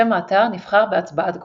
שם האתר נבחר בהצבעת גולשים.